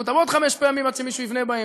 אותן עוד חמש פעמים עד שמישהו יבנה בהן,